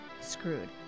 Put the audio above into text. screwed